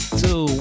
two